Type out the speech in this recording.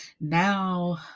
now